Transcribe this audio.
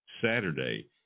Saturday